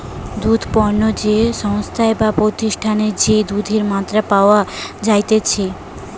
দুধ পণ্য যে সংস্থায় বা প্রতিষ্ঠানে যে দুধের মাত্রা পাওয়া যাইতেছে